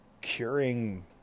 Curing